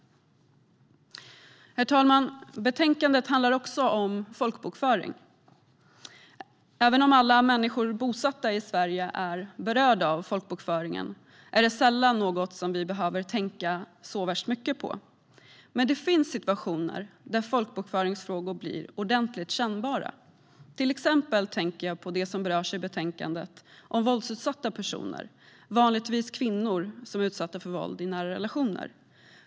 Herr talman! Betänkandet handlar också om folkbokföring. Även om alla människor bosatta i Sverige är berörda av folkbokföringen är det sällan något vi behöver tänka så värst mycket på. Men det finns situationer där folkbokföringsfrågor blir ordentligt kännbara. Jag tänker till exempel på det som berörs i betänkandet om våldsutsatta personer, vanligtvis kvinnor, som är utsatta för våld i nära relationer.